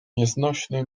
nieznośny